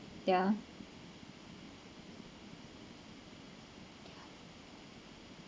yeah